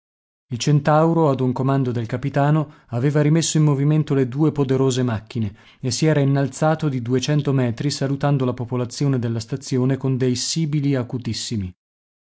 il centauro ad un comando del capitano aveva rimesso in movimento le due poderose macchine e si era innalzato di duecento metri salutando la popolazione della stazione con dei sibili acutissimi